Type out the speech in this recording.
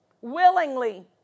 Willingly